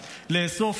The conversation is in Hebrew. לאסוף,